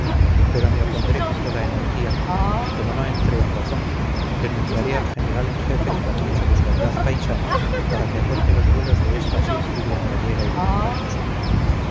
pero me opondré con toda energía y como no entre en razón denunciaré al general en jefe el capricho de su audaz paisana para que acorte los vuelos de esta sílfide andariega y voluntariosa